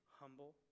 humble